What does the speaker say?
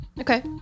Okay